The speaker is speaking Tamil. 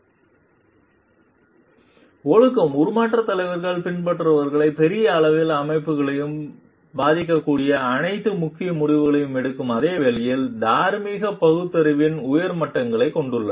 ஸ்லைடு நேரம் 1423 பார்க்கவும் ஒழுக்கம் உருமாற்றத் தலைவர்கள் பின்பற்றுபவர்களையும் பெரிய அளவில் அமைப்புகளையும் பாதிக்கக்கூடிய அனைத்து முக்கிய முடிவுகளையும் எடுக்கும் அதே வேளையில் தார்மீக பகுத்தறிவின் உயர் மட்டங்களைக் கொண்டுள்ளனர்